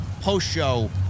post-show